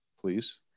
please